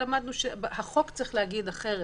החוק צריך להגיד אחרת,